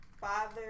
father